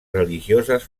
religioses